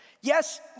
Yes